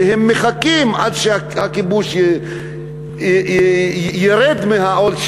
שהם מחכים עד שעול הכיבוש ירד מהם,